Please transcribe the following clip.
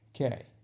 Okay